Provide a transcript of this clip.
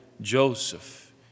Joseph